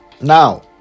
Now